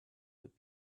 would